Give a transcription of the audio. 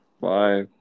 bye